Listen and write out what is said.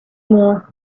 more